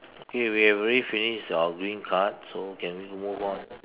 okay we have already finished our green card so can we move on